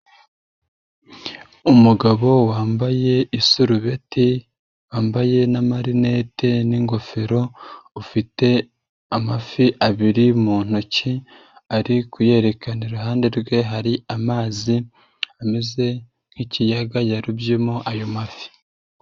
Umugabo wambaye isurubeti wambaye n'amarinete n'ingofero, ufite amafi abiri mu ntoki ari kuyerekana, iruhande rwe hari amazi ameze nk'ikiyaga yarobyemo ayo mafi.